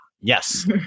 yes